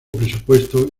presupuesto